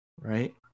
right